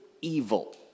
evil